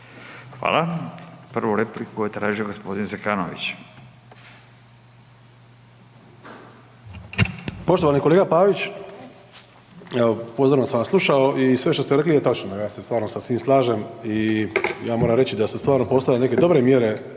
Fala. Prvu repliku je tražio g. Zekanović.